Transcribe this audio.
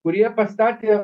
kurie pastatė